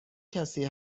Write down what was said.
کسی